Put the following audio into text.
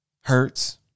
Hurts